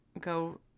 go